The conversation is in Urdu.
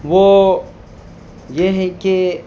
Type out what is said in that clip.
وہ یہ ہے کہ